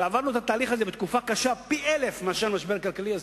ועברנו את התהליך הזה בתקופה קשה פי-אלף מהמשבר הכלכלי הזה.